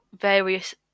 various